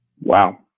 Wow